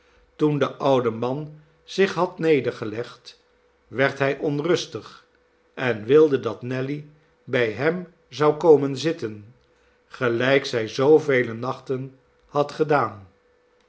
toen de oude man zich had nedergelegd werd hij onrustig en wilde dat nelly bij hem zou komen zitten gelijk zij zoovele nachten had gedaan